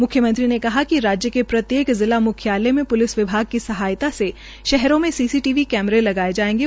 मुख्यमंत्री ने कहा कि राज्य के प्रत्येक जिला मुख्यालय में प्लिस विभाग की सहायता से शहरों में सीसीटीवी कैमरे लगाए जायेंगे